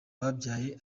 yabyaye